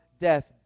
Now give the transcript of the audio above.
death